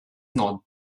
not